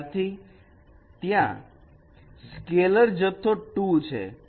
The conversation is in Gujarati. ત્યારથી ત્યાં સ્કેલર જથ્થો 2 છે